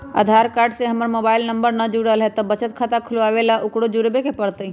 आधार card से हमर mobile number न जुरल है त बचत खाता खुलवा ला उकरो जुड़बे के पड़तई?